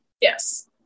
Yes